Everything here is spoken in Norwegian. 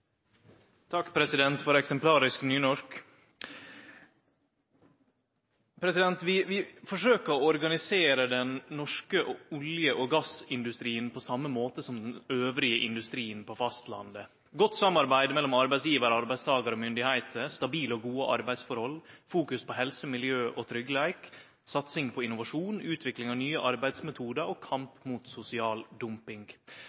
Takk, president, for eksemplarisk nynorsk. Vi forsøkjer å organisere den norske olje- og gassindustrien på same måten som den andre industrien på fastlandet – godt samarbeid mellom arbeidsgjevar, arbeidstakar og myndigheiter, stabile og gode arbeidsforhold, fokus på helse, miljø og tryggleik, satsing på innovasjon og utvikling av nye arbeidsmetodar og